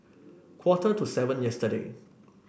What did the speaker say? quarter to seven yesterday